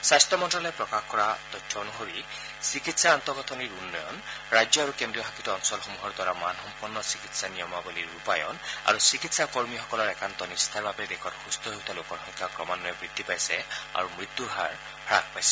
স্বাস্থ্য মন্নালয়ে প্ৰকাশ কৰা অনুসৰি চিকিৎসা আন্তঃগাঁথনিৰ উন্নয়ন ৰাজ্য আৰু কেন্দ্ৰীয়শাসিত অঞ্চলসমূহৰ দ্বাৰা মান সম্পন্ন চিকিৎসা নিয়মাৱলীৰ ৰূপায়ণ আৰু চিকিৎসা কৰ্মীসকলৰ একান্ত নিষ্ঠাৰ বাবে দেশত সুস্থ হৈ উঠা লোকৰ সংখ্যা ক্ৰমান্নয়ে বৃদ্ধি পাইছে আৰু মৃত্যুৰ হাৰ হ্ৰাস পাইছে